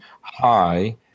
high